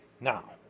now